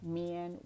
men